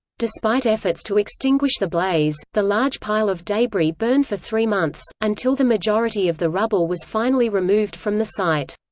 despite efforts to extinguish the blaze, the large pile of debris burned for three months, until the majority of the rubble was finally removed from the site.